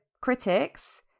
critics